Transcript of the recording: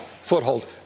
foothold